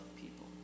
people